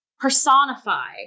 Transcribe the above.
personify